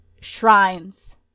shrines